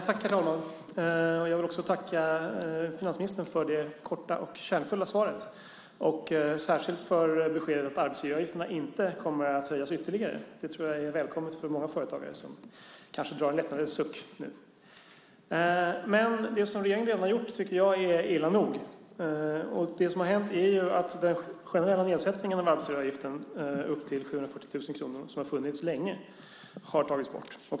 Herr talman! Jag vill tacka finansministern för det korta och kärnfulla svaret, särskilt för beskedet att arbetsgivaravgifterna inte kommer att höjas ytterligare. Jag tror att det är välkommet för många företagare, som nu kanske drar en lättnadens suck. Men det som regeringen redan har gjort är illa nog, tycker jag. Det som har hänt är att den generella nedsättningen av arbetsgivaravgiften upp till 740 000 kronor som har funnits länge har tagits bort.